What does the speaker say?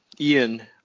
Ian